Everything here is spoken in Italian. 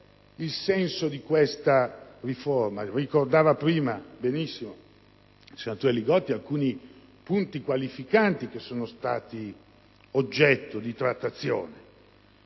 il senso di questa riforma? Ricordava prima benissimo il senatore Li Gotti alcuni punti qualificanti che sono stati oggetto di trattazione,